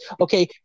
Okay